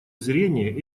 зрения